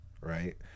right